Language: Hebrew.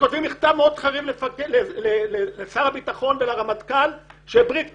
כותבים מכתב מאוד חריף לשר הביטחון ולרמטכ"ל שבריק צודק.